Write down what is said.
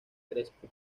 crespo